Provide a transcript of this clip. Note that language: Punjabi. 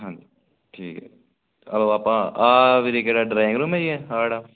ਹਾਂਜੀ ਠੀਕ ਹੈ ਚਲੋ ਆਪਾਂ ਆਹ ਵੀਰੇ ਕਿਹੜਾ ਡਰਾਇੰਗ ਰੂਮ ਹੈ ਜੀ ਇਹ ਆਹ ਵਾਲਾ